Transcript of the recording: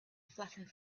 flattened